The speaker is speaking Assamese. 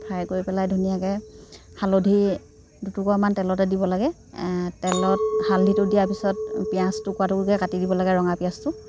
ফ্ৰাই কৰি পেলাই ধুনীয়াকৈ হালধি দুটোপামান তেলতে দিব লাগে তেলত হালধিটো দিয়া পিছত পিঁয়াজ টুকুৰা টুকুৰিকৈ কাটি দিব লাগে ৰঙা পিঁয়াজটো